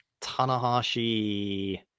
Tanahashi